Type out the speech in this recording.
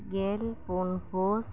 ᱜᱮᱞ ᱯᱩᱱ ᱯᱩᱥ